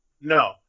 no